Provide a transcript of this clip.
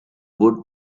wood